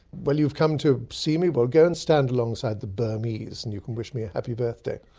well you've come to see me? well go and stand alongside the burmese and you can wish me a happy birthday.